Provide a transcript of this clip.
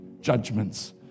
judgments